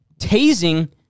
tasing